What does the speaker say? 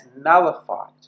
nullified